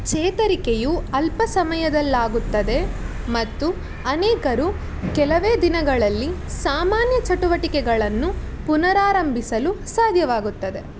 ಚೇತರಿಕೆಯು ಅಲ್ಪ ಸಮಯದಲ್ಲಾಗುತ್ತದೆ ಮತ್ತು ಅನೇಕರು ಕೆಲವೇ ದಿನಗಳಲ್ಲಿ ಸಾಮಾನ್ಯ ಚಟುವಟಿಕೆಗಳನ್ನು ಪುನರಾರಂಭಿಸಲು ಸಾಧ್ಯವಾಗುತ್ತದೆ